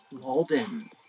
Walden